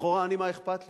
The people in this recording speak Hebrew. לכאורה אני, מה אכפת לי?